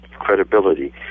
credibility